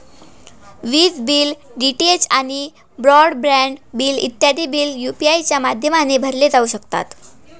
विज bill, DTH आणि broadband bill इत्यादी बिल यू.पी.आय च्या माध्यमाने भरले जाऊ शकतात